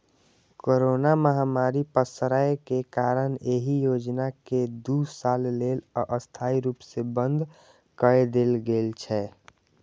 corona महामारी पसरै के कारण एहि योजना कें दू साल लेल अस्थायी रूप सं बंद कए देल गेल छै